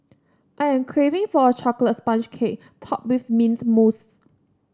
I am craving for a chocolate sponge cake topped with mint mousse